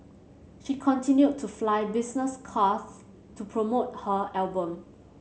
she continued to fly business class to promote her album